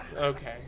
Okay